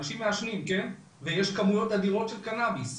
אנשים מעשנים ויש כמויות אדירות של קנאביס.